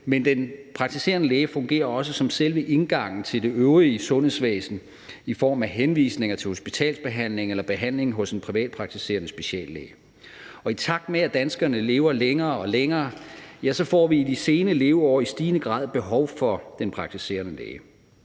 Men den praktiserende læge fungerer også som selve indgangen til det øvrige sundhedsvæsen i form af henvisninger til hospitalsbehandling eller behandling hos en privatpraktiserende speciallæge. Og i takt med at mange danskere lever længere og længere, får vi i de sene leveår i stigende grad behov for den praktiserende læge.